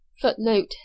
footnote